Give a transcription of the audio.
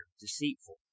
deceitful